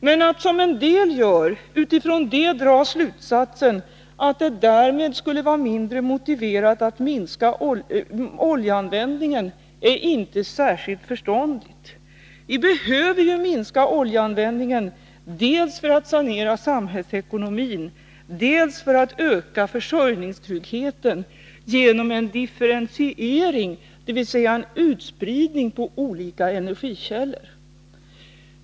Men att, som en del gör, utifrån det dra slutsatsen att det därmed skulle vara mindre motiverat att minska oljeanvändningen är inte särskilt förståndigt. Vi behöver minska oljeanvändningen dels för att sanera samhällsekonomin, dels för att öka försörjningstryggheten genom en differentiering, dvs. en utspridning på olika energikällor.